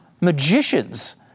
magicians